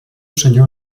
senyor